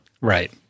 Right